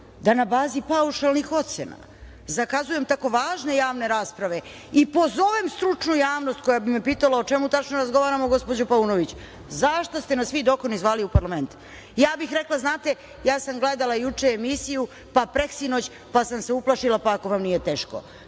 da na bazi paušalnih ocena zakazujem tako važne javne rasprave i pozovem stručnu javnost koja bi me pitala - o čemu tačno razgovaramo gospođo Paunović, zašta ste nas vi dokoni zvali u parlament? Ja bih rekla - znate ja sam gledala juče emisiju, pa preksinoć, pa sam se uplašila, pa ako vam nije teško.